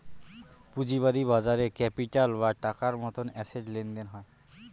পুঁজিবাদী বাজারে ক্যাপিটাল বা টাকার মতন অ্যাসেট লেনদেন হয়